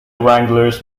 wranglers